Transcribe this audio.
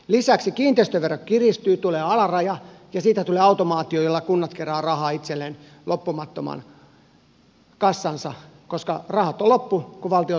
lisäksi kiinteistövero kiristyy tulee alaraja ja siitä tulee automaatio jolla kunnat keräävät rahaa itselleen loppumattomaan kassaansa koska rahat ovat loppu kun valtionosuudet ovat lähteneet